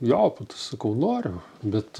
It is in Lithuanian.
jo po to sakau noriu bet